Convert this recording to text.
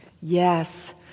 yes